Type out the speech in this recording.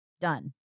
Done